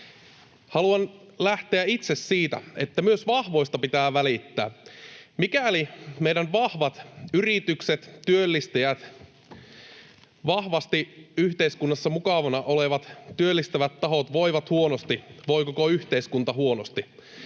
Haluan lähteä itse siitä, että myös vahvoista pitää välittää. Mikäli meidän vahvat yritykset, työllistäjät, vahvasti yhteiskunnassa mukana olevat työllistävät tahot, voivat huonosti, voi koko yhteiskunta huonosti.